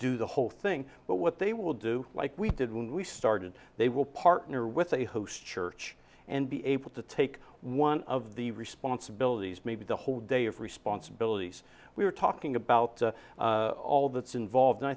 do the whole thing but what they will do like we did when we started they will partner with a host church and be able to take one of the responsibilities maybe the whole day of responsibilities we're talking about all that's involved